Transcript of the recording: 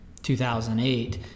2008